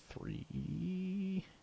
three